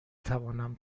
توانم